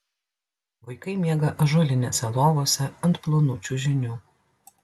vaikai miega ąžuolinėse lovose ant plonų čiužinių